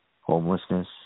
Homelessness